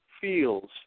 feels